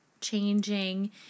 changing